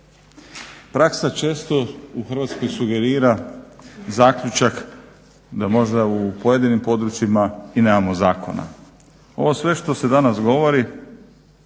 Praksa često u Hrvatskoj sugerira zaključak da možda u pojedinim područjima i nemamo zakona. Ovo sve što se danas govori